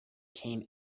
came